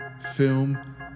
film